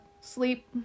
sleep